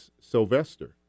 Sylvester